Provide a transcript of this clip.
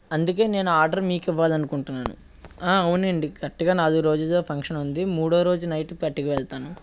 అందుకే నేను ఆర్డరు మీకు ఇవ్వాలనుకుంటున్నాను అవునండి కరెక్ట్గా నాలుగు రోజుల్లో ఫంక్షన్ ఉంది మూడో రోజు నైట్ పట్టుకు వెళ్తాను